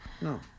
No